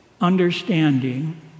understanding